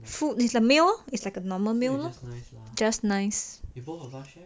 full is like a meal lor it's like a normal meal lor